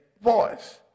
voice